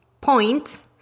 points